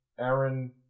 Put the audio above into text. Aaron